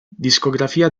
discografia